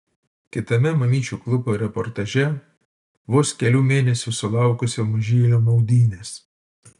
kitame mamyčių klubo reportaže vos kelių mėnesių sulaukusio mažylio maudynės